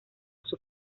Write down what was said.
sus